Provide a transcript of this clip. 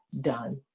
done